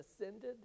ascended